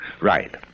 Right